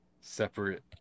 separate